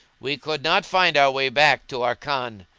we could not find our way back to our khan.